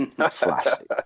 Classic